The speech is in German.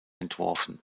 entworfen